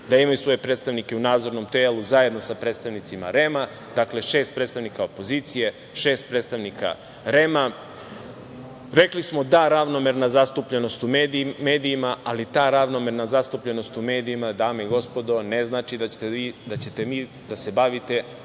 da imaju svoje predstavnike u Nadzornom telu zajedno sa predstavnicima REM, dakle šest predstavnika opozicije, šest predstavnika REM. Rekli smo – da ravnomerna zastupljenost u medijima, ali ta ravnomerna zastupljenost u medijima, dame i gospodo, ne znači da ćete vi da se bavite